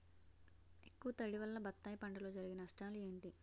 ఎక్కువ తడి వల్ల బత్తాయి పంటలో జరిగే నష్టాలేంటి?